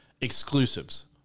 exclusives